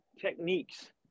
techniques